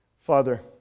Father